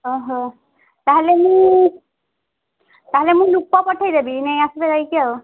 ଓହୋ ତାହେଲେ ମୁଁ ତା'ହେଲେ ମୁଁ ଲୋକ ପଠେଇ ଦେବି ନେଇ ଆସିବେ ଯାଇକି ଆଉ